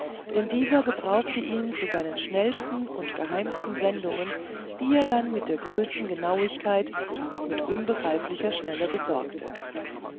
denn dieser gebrauchte ihn zu seinen schnellsten und geheimsten sendungen die er dann mit der größten genauigkeit und mit unbegreiflicher schnelle besorgte